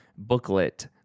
booklet